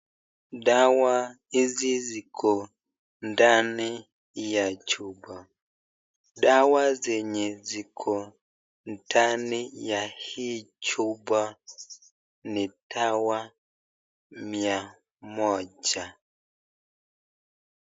Dawa hizi ziko ndani ya chupa. Dawa zenye ziko ndani ya hii chupa, ni dawa mia moja.